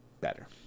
better